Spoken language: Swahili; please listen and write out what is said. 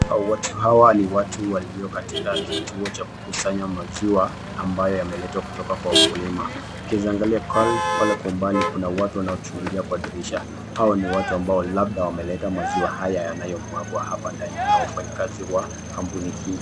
Hawa ni watu walio katika kituo cha kukusanya maziwa ambayo yameletwa kutoka kwa wakulima. Ukieza angalia pale kwa umbali, kuna watu wanaochungulia kwa dirisha, hao ni watu ambao labda wameleta maziwa haya yanayomwagwa hapa ndani na wafanyikazi wa kampuni hii.